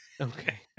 Okay